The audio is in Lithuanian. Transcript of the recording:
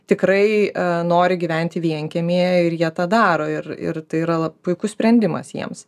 tikrai nori gyventi vienkiemyje ir jie tą daro ir ir tai yra puikus sprendimas jiems